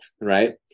right